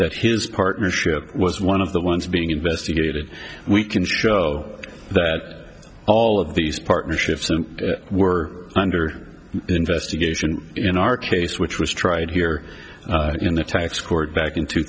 that his partnership was one of the ones being investigated we can show that all of these partnerships were under investigation in our case which was tried here in the tax court back in two